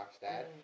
dad